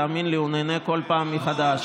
תאמין לי, הוא נהנה כל פעם מחדש.